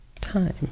Time